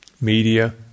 media